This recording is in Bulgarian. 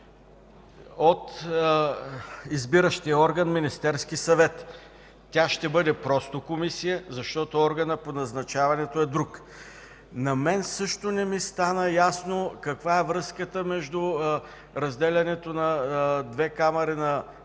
от избиращия орган – Министерския съвет. Тя ще бъде просто комисия, защото органът по назначаването е друг. На мен също не ми стана ясно каква е връзката между разделянето на две камари на